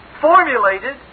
formulated